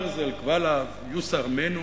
ברזל כבליו יוסר מנו,